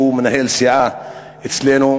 שהוא מנהל הסיעה אצלנו,